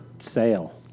sale